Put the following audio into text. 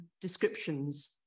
descriptions